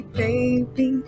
baby